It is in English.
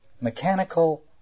mechanical